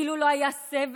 כאילו לא היה סבל?